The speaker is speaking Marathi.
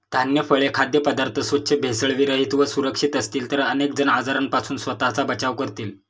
धान्य, फळे, खाद्यपदार्थ स्वच्छ, भेसळविरहित व सुरक्षित असतील तर अनेक जण आजारांपासून स्वतःचा बचाव करतील